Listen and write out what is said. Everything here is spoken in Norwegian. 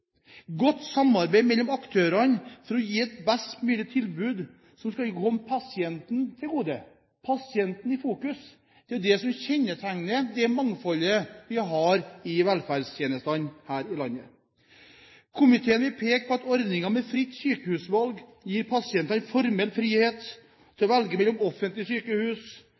godt samarbeid mellom aktørene for å gi et best mulig tilbud som skal komme pasienten til gode. Pasienten i fokus – det er jo det som kjennetegner det mangfoldet vi har i velferdstjenestene her i landet. Komiteen vil peke på at ordningen med fritt sykehusvalg gir pasientene formell frihet til å velge mellom offentlige sykehus,